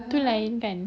itu lain kan